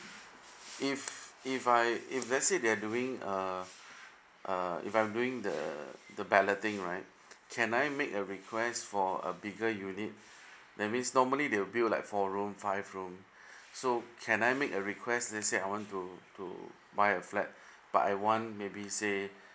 if if I if let's say they are doing uh uh if I'm doing the the balloting right can I make a request for a bigger unit that means normally they will build like four room five room so can I make a request let's say I want to to buy a flat but I want maybe say